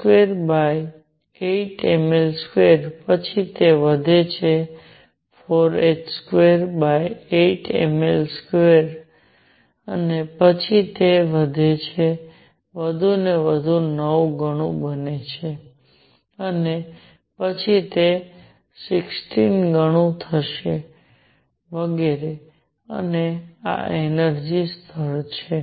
h28mL2 પછી તે વધે છે 4h28mL2 અને પછી તે વધુ વધે છે આ 9 ગણું બને છે અને પછી તે 16 ગણું થશે વગેરે અને આ એનર્જિ નું સ્તર છે